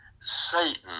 Satan